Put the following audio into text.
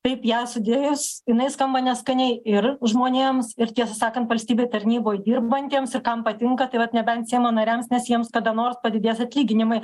taip ją sudėjus jinai skamba neskaniai ir žmonėms ir tiesą sakant valstybėj tarnyboj dirbantiems ir kam patinka tai vat nebent seimo nariams nes jiems kada nors padidės atlyginimai